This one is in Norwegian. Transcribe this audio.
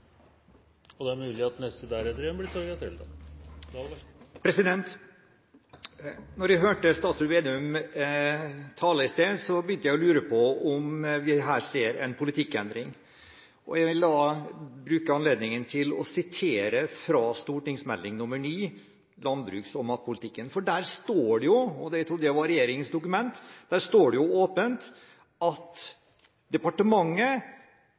jeg hørte statsråd Vedum tale i sted, begynte jeg å lure på om vi her ser en politikkendring. Jeg vil bruke anledningen til å sitere fra Meld. St. 9 for 2011–2012, Landbruks- og matpolitikken, for der står det åpent – det trodde jeg var regjeringens dokument – at departementet er opptatt av at